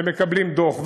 ומקבלים דוח.